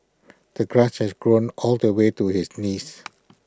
the grass has grown all the way to his knees